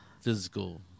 physical